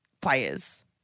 players